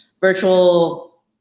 virtual